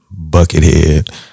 buckethead